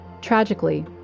Tragically